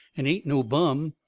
and ain't no bum.